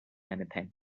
anything